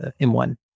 M1